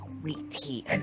sweetie